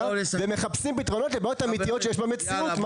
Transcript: ומחפשים פתרונות לבעיות אמיתיות שיש במציאות.